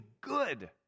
good